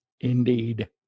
Indeed